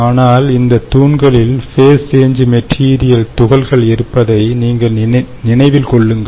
ஆனால் இந்த தூண்களில் ஃபேஸ் சேஞ் மெட்டீரியல் துகள்கள் இருப்பதை நீங்கள் நினைவில் கொள்ளுங்கள்